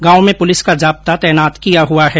गांव में पूलिस का जाब्ता तैनात किया हुआ है